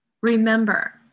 remember